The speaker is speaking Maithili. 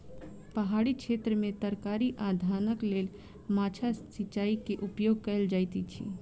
पहाड़ी क्षेत्र में तरकारी आ धानक लेल माद्दा सिचाई के उपयोग कयल जाइत अछि